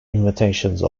invitation